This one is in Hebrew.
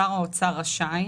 שר האוצר רשאי,